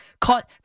caught